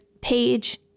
page